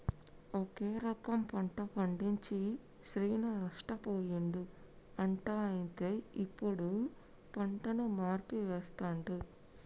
ఒకే రకం పంట పండించి శ్రీను నష్టపోయిండు అంట అయితే ఇప్పుడు పంటను మార్చి వేస్తండు